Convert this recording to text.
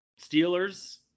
Steelers